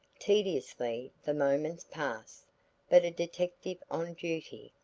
tediously the moments passed but a detective on duty,